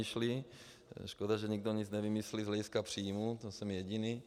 Škoda, že nikdo nic nevymyslí z hlediska příjmů, to jsem jediný.